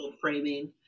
framing